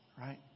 right